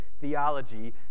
theology